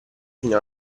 fino